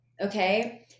Okay